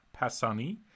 Passani